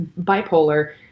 bipolar